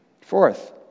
Fourth